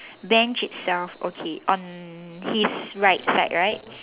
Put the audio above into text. bench itself okay on his right side right